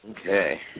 Okay